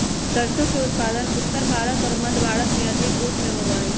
सरसों के उत्पादन उत्तर भारत और मध्य भारत में अधिक रूप से होबा हई